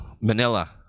Manila